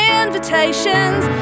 invitations